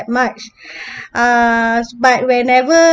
much uh but whenever